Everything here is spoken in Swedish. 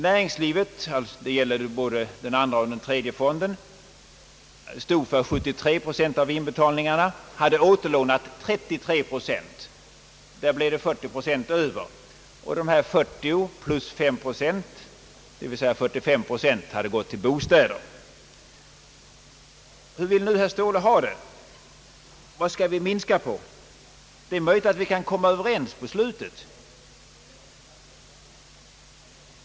Näringslivet, det gäller både andra och tredje fonden, stod för 73 procent av inbetalningarna och hade återlånat 33 procent. Där blev det 40 procent över, och dessa 40 plus ytterligare 5 procent hade gått till bostäder. Hur vill herr Ståhle ha det? Vad skall vi minska på? Det är möjligt att vi kan komma överens på slutet.